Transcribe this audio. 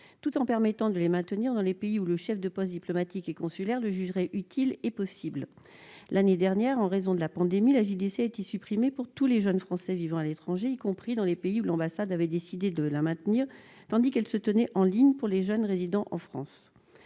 tout en autorisant leur maintien dans les pays où le chef de poste diplomatique et consulaire le jugerait utile et possible. L'année dernière, en raison de la pandémie, la JDC a été supprimée pour tous les jeunes Français de l'étranger, y compris dans les pays où l'ambassade avait décidé de la maintenir, tandis qu'elle se tenait en ligne pour les jeunes résidant en France.